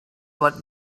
what